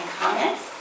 comments